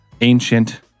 ancient